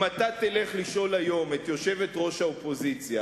אם אתה תלך לשאול היום את יושבת-ראש האופוזיציה,